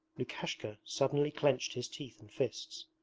lukashka suddenly clenched his teeth and fists.